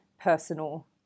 personal